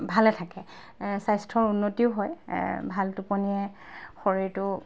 ভালে থাকে স্বাস্থ্যৰ উন্নতিও হয় ভাল টোপনীয়ে শৰীৰটো